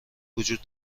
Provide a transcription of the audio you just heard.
وجود